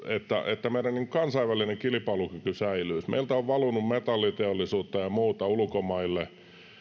että meidän kansainvälinen kilpailukykymme säilyisi meiltä on valunut metalliteollisuutta ja ja muuta ulkomaille